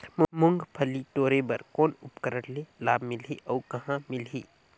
मुंगफली टोरे बर कौन उपकरण ले लाभ मिलही अउ कहाँ मिलही?